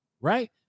Right